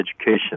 education